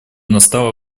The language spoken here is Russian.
настало